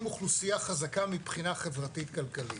אוכלוסייה חזקה מבחינה חברתית כלכלית.